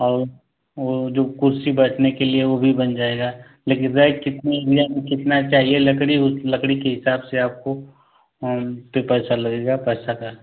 और जो कुर्सी बैठने के लिए वो भी बन जाएगा लेकिन रैख कितना कितना चाहिए लकड़ी उस लकड़ी के हिसाब से आपको फिर पैसा लगेगा आपको पैसा का